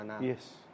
Yes